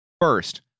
first